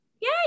Yay